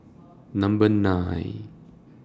Number nine